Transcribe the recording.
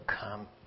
come